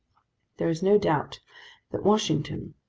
there is no doubt that washington,